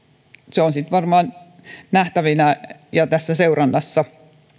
se on sitten varmaan nähtävänä ja seurannassa